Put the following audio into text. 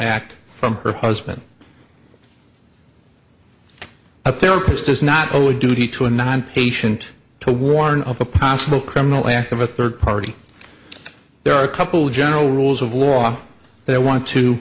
act from her husband a therapist does not owe a duty to a non patient to warn of a possible criminal act of a third party there are a couple general rules of law they want to